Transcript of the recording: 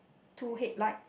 two headlight